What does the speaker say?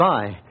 Bye